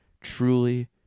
Truly